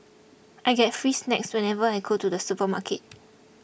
I get free snacks whenever I go to the supermarket